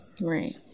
Right